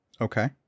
Okay